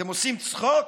אתם עושים צחוק?